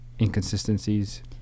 inconsistencies